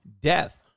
death